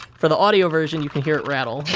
for the audio version, you can hear it rattle.